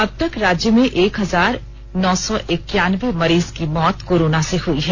अबतक राज्य में एक हजार नौ सौ एक्यानबे मरीज की मौत कोरोना से हुई है